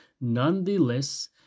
nonetheless